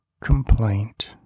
complaint